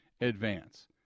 advance